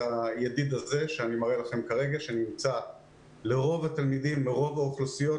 הידיד הזה שנמצא לרוב התלמידים ברוב האוכלוסיות,